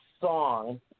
song